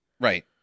Right